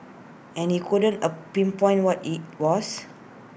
and he couldn't A pinpoint what IT was